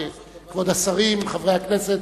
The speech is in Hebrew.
חברי הכנסת,